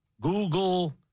Google